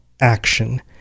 action